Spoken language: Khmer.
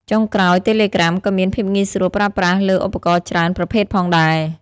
ចុងក្រោយ តេឡេក្រាមក៏មាន ភាពងាយស្រួលប្រើប្រាស់លើឧបករណ៍ច្រើន ប្រភេទផងដែរ។